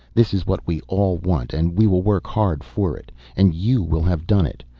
this is what we all want and we will work hard for it. and you will have done it.